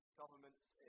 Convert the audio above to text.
governments